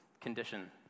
condition